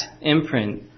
imprint